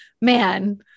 man